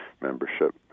membership